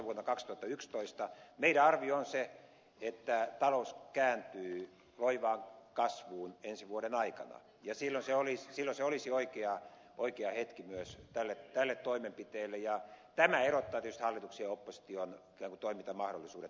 meidän arviomme on se että talous kääntyy loivaan kasvuun ensi vuoden aikana ja silloin se olisi oikea hetki myös tälle toimenpiteelle ja tämä erottaa tietysti hallituksen ja opposition ikään kuin toimintamahdollisuudet toisistaan